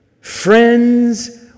friends